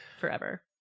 forever